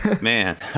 man